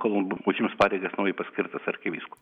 tol kol užims pareigas naujai paskirtas arkivyskupas